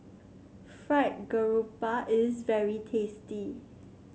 Fried Garoupa is very tasty